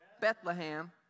Bethlehem